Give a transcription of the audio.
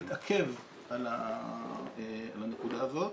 ברשותך אני ארצה קצת להתעכב על הנקודה הזאת.